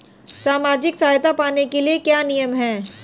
सामाजिक सहायता पाने के लिए क्या नियम हैं?